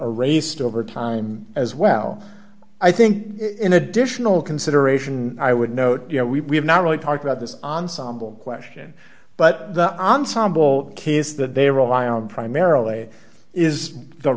erased over time as well i think in additional consideration i would note you know we have not really talked about this ensemble question but the ensemble kiss that they rely on primarily is the